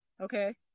Okay